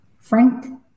Frank